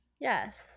Yes